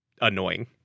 annoying